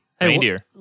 reindeer